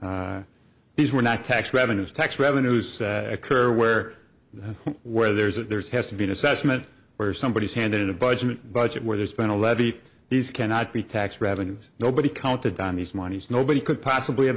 these were not tax revenues tax revenues occur where where there's a there's has to be an assessment where somebody is handed a budget budget where there's been a levy these cannot be tax revenues nobody counted on these monies nobody could possibly have